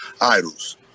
idols